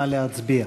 נא להצביע.